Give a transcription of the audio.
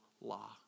law